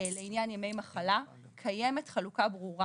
לעניין ימי מחלה, קיימת חלוקה ברורה